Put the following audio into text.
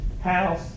house